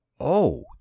Oh